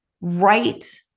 right